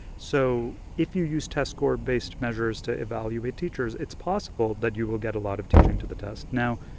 so if you use test-score-based measures to evaluate teachers, it's possible that you will get a lot of teaching to the test. now,